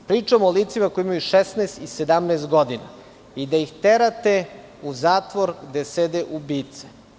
Pričamo o licima koja imaju 16 i 17 godina i da ih terate u zatvor gde sede ubice.